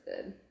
good